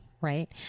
right